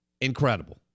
incredible